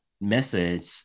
message